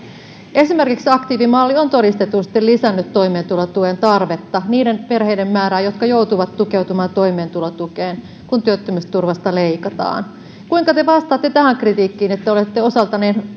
esimerkiksi aktiivimalli on todistetusti lisännyt toimeentulotuen tarvetta niiden perheiden määrää jotka joutuvat tukeutumaan toimeentulotukeen kun työttömyysturvasta leikataan kuinka te vastaatte tähän kritiikkiin että te olette osaltanne